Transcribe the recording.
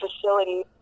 facility